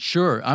Sure